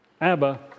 Abba